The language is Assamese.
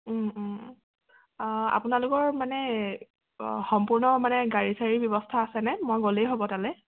আপোনালোকৰ মানে সম্পূৰ্ণ মানে গাড়ী চাড়ীৰ ব্যৱস্থা আছেনে মই গ'লেই হ'ব তালৈ